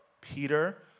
Peter